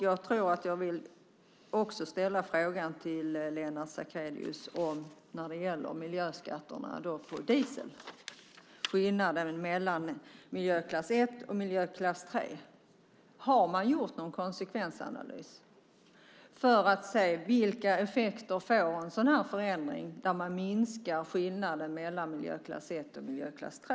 Jag vill också fråga Lennart Sacrédeus om miljöskatterna på diesel och skillnaden mellan miljöklass 1 och miljöklass 3. Har man gjort någon konsekvensanalys för att se vilka effekter en sådan här förändring får, där man minskar skillnaderna mellan miljöklass 1 och miljöklass 3?